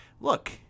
Look